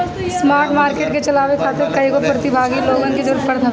spot market के चलावे खातिर कईगो प्रतिभागी लोगन के जरूतर पड़त हवे